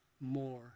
more